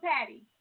Patty